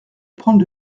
prendre